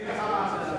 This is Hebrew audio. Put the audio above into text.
אנחנו,